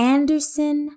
Anderson